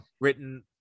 written